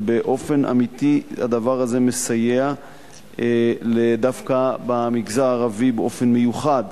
ובאופן אמיתי הדבר הזה מסייע דווקא במגזר הערבי באופן מיוחד.